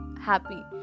happy